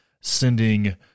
sending